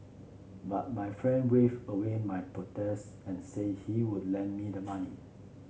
but my friend wave away my protests and say he would lend me the money